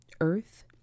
earth